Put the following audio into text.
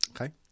Okay